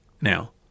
Now